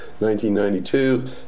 1992